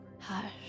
Hush